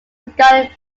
regarding